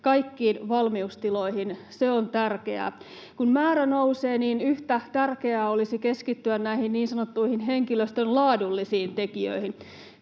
kaikkiin valmiustiloihin on tärkeää. Kun määrä nousee, niin yhtä tärkeää olisi keskittyä näihin niin sanottuihin henkilöstön ”laadullisiin tekijöihin”.